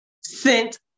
sent